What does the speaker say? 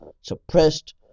suppressed